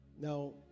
now